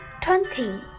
twenty